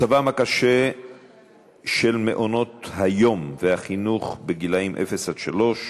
מצבם הקשה של מעונות-היום והחינוך לגילאי אפס עד שלוש,